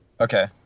Okay